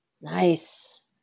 Nice